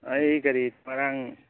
ꯑꯩ ꯀꯔꯤ ꯉꯔꯥꯡ